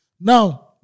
Now